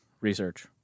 research